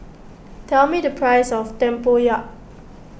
tell me the price of Tempoyak